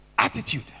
attitude